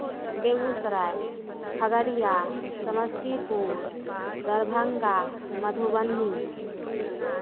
Begusarai Khagaria Samastipur Darbhanga Madhubani